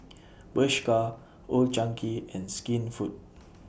Bershka Old Chang Kee and Skinfood